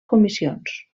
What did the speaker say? comissions